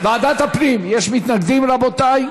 ועדת הפנים, יש מתנגדים, רבותיי?